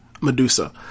Medusa